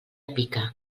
pica